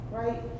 right